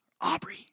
Aubrey